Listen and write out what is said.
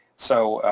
so,